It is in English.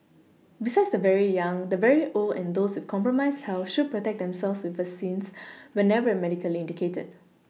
besides the very young the very old and those with compromised health should protect themselves with vaccines whenever medically indicated